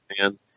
man